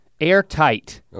airtight